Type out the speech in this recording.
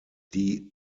die